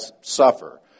suffer